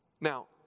Now